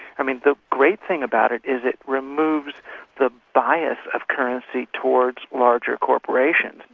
i mean the great thing about it is it removes the bias of currency towards larger corporations,